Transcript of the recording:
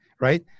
right